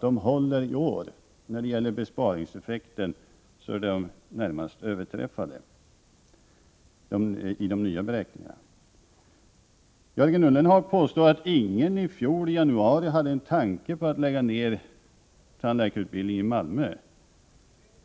De håller i år — då det gäller besparingseffekten är de närmast överträffade i de nya beräkningarna. Jörgen Ullenhag påstår att ingen i januari i fjol hade en tanke på att lägga ner tandläkarutbildningen i Malmö.